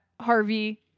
Harvey